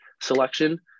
selection